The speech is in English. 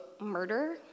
murder